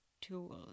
tools